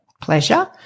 Pleasure